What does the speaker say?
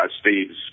Steve's